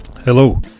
Hello